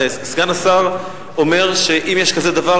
סגן השר אומר שאם יש כזה דבר,